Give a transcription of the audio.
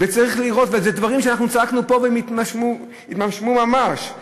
ואלו דברים שצעקנו פה והם התממשו, ממש.